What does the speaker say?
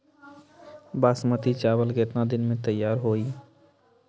बासमती चावल केतना दिन में तयार होई?